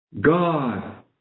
God